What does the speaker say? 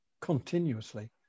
continuously